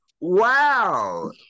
Wow